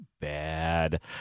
bad